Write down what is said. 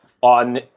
on